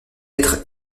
être